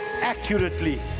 accurately